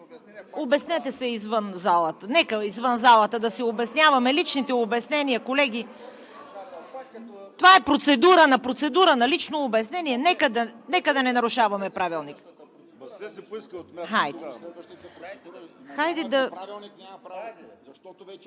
Обяснете се извън залата. Нека извън залата да си обясняваме личните обяснения, колеги. Това е процедура на процедура, на лично обяснение. Нека да не нарушаваме Правилника.